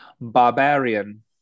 Barbarian